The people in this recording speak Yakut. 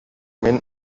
мин